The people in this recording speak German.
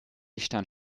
stand